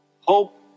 hope